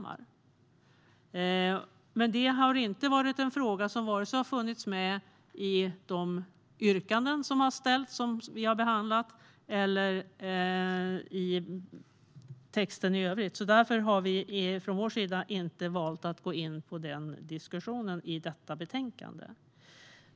Frågan har dock varken funnits med i de yrkanden som har gjorts och som vi har behandlat eller i texten i övrigt. Därför har vi valt att inte gå in i den diskussionen i detta betänkande.